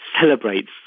celebrates